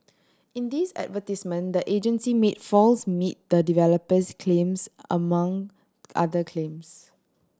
in these advertisement the agency made false meet the developers claims among other claims